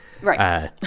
Right